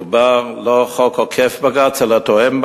לא מדובר בחוק עוקף בג"ץ